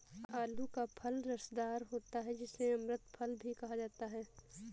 आलू का फल रसदार होता है जिसे अमृत फल भी कहा जाता है